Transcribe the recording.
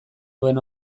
duen